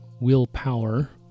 willpower